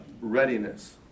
readiness